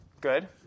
Good